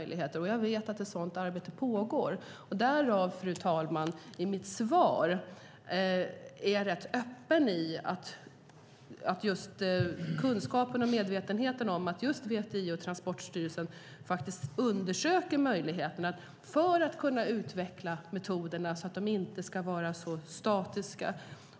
Jag vet att ett sådant arbete pågår. Fru talman! I mitt svar är jag därför rätt öppen. Det finns en kunskap och en medvetenhet om att just VTI och Transportstyrelsen undersöker möjligheten för att utveckla metoderna så att de inte ska vara så statiska.